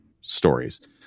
stories